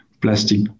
plastic